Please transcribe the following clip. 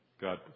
God